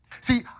See